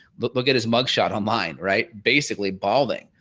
look at his mug shot online right. basically balding.